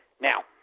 Now